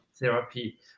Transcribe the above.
therapy